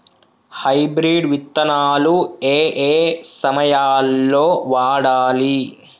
Hybrid విత్తనాలు ఏయే సమయాల్లో వాడాలి?